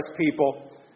people